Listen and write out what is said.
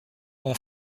ont